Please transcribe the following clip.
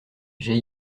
j’ai